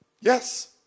Yes